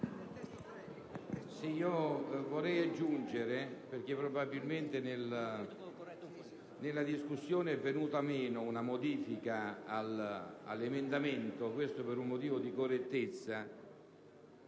e vorrei aggiungere, perché probabilmente nella stesura del testo è venuta meno, una modifica all'emendamento: questo per un motivo di correttezza.